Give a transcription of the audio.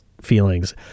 feelings